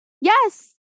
Yes